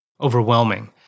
overwhelming